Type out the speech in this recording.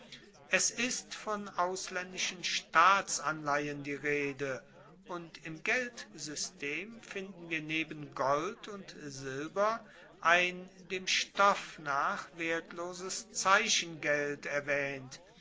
es ist von auslaendischen staatsanleihen die rede und im geldsystem finden wir neben gold und silber ein dem stoff nach wertloses zeichengeld erwaehnt